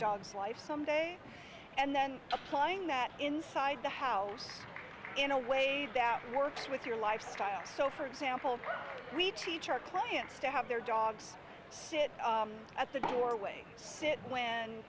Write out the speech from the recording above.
dog's life some day and then applying that inside the house in a way that works with your lifestyle so for example we teach our clients to have their dogs sit at the doorway sit when